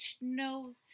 no